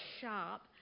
sharp